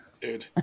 Dude